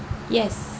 yes